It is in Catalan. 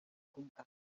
conca